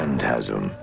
Phantasm